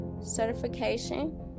certification